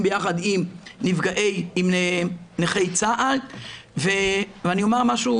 ביחד עם נכי צה"ל ואני אומר משהו,